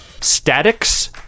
Statics